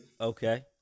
Okay